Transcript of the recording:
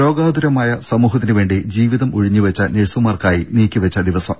രോഗാതുരമായ സമൂഹത്തിനുവേണ്ടി ജീവിതം ഉഴിഞ്ഞുവെച്ച നഴ്സുമാർക്കായി നീക്കിവെച്ച ദിവസം